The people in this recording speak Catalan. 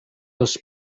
els